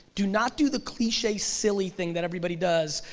do not do the cliche silly thing that everybody does,